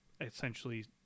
essentially